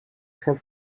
have